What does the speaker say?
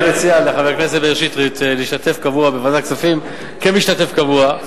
אני מציע לחבר הכנסת מאיר שטרית להשתתף בוועדת הכספים כמשתתף קבוע.